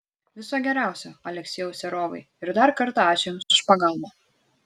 viso geriausio aleksejau serovai ir dar kartą ačiū jums už pagalbą